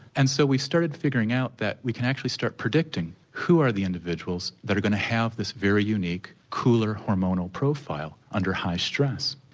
and so we started figuring out that we can actually start predicting, who are the individuals that are going to have this very unique cooler hormonal profile under high stress?